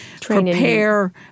prepare